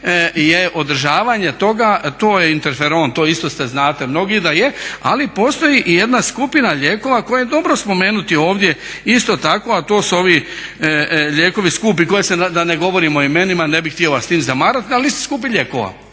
je održavanje toga, to je interferon, to isto znate mnogi da je, ali postoji i jedna skupina lijekova koju je dobro spomenuti ovdje isto tako, a to su ovi lijekovi skupi, da ne govorim o imenima, ne bih htio vas s tim zamarati ali skupih lijekova,